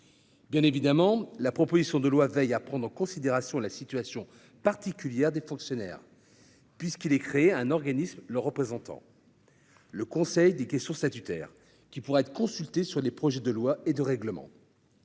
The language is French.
Bien évidemment, la proposition de loi veille à prendre en considération la situation particulière des fonctionnaires, puisqu'elle crée un organisme les représentant, le conseil des questions statutaires, qui pourra être consulté sur les projets de lois et de règlements.